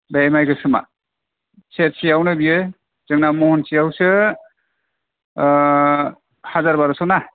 बे माइ गोसोमा सेरसे यावनो बेयो जोंना महन सेआव सो हाजार बार'स' ना